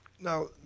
Now